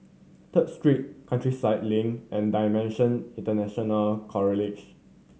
Third Street Countryside Link and DIMENSION International